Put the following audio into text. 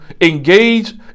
engage